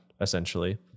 essentially